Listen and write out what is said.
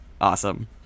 Awesome